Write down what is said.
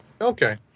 Okay